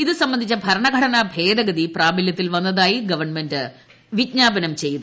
ഇതു സംബന്ധിച്ച ഭരണഘടന ഭേദഗതി പ്രാബല്യത്തിൽ വന്നതായി ഗവൺമെന്റ് വിജ്ഞാപനം ചെയ്തു